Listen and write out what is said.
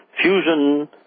Fusion